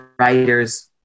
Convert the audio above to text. writers